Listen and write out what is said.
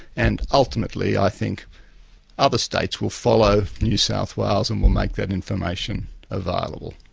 and ultimately i think other states will follow new south wales, and will make that information available.